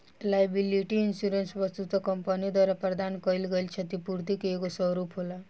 liability insurance वस्तुतः company द्वारा प्रदान कईल गईल छतिपूर्ति के एगो स्वरूप होला